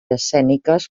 escèniques